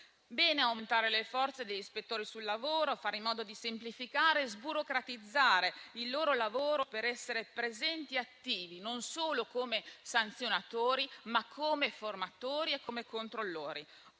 bene aumentare le forze degli ispettori sul lavoro, fare in modo di semplificare e sburocratizzare il loro lavoro per essere presenti e attivi non solo come sanzionatori, ma anche come formatori e controllori.